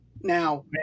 now